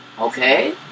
Okay